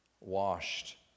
Washed